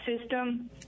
system